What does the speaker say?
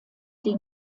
die